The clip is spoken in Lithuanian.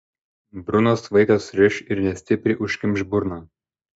brunas vaiką suriš ir nestipriai užkimš burną